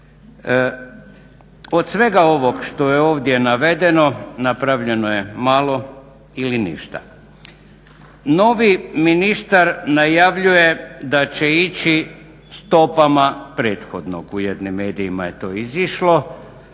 Od svega ovog što je ovdje navedeno napravljeno je malo ili ništa. Novi ministar najavljuje da će ići stopama prethodnog u jednim medijima je to izišlo.